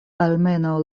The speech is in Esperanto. almenaŭ